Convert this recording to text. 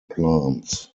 plants